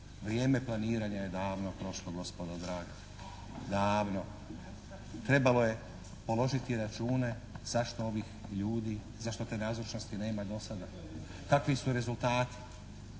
Vrijeme planiranja je davno prošlo gospodo draga. Davno. Trebalo je položiti račune zašto ovi ljudi, zašto te nazočnosti nema do sada. Kakvi su rezultati.